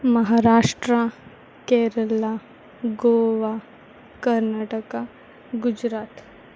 Maharashtra Kerala Goa Karnataka Gujarat